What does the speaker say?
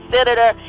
Senator